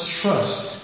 trust